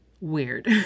weird